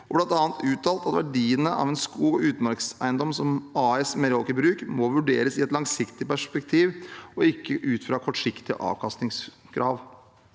har bl.a. uttalt at «verdiene av en skog- og utmarkseiendom som AS Meraker Brug må vurderes i et langsiktig perspektiv og ikke ut fra kortsiktige avkastningskrav».